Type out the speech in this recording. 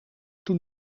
toen